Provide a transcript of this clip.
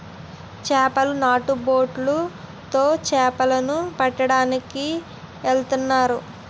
చేపలోలు నాటు బొట్లు తో చేపల ను పట్టడానికి ఎల్తన్నారు